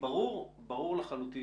ברור לחלוטין